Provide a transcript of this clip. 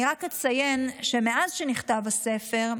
אני רק אציין שמאז שנכתב הספר,